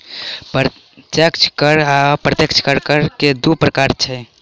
प्रत्यक्ष कर आ अप्रत्यक्ष कर, कर के दू प्रकार छै